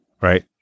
right